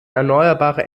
erneuerbare